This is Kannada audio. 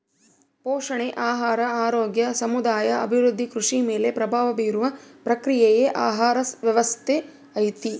ಪೋಷಣೆ ಆಹಾರ ಆರೋಗ್ಯ ಸಮುದಾಯ ಅಭಿವೃದ್ಧಿ ಕೃಷಿ ಮೇಲೆ ಪ್ರಭಾವ ಬೀರುವ ಪ್ರಕ್ರಿಯೆಯೇ ಆಹಾರ ವ್ಯವಸ್ಥೆ ಐತಿ